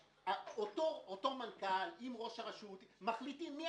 אותו מנכ"ל עם ראש הרשות מחליטים מי